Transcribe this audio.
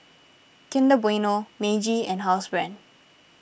Kinder Bueno Meiji and Housebrand